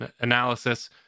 analysis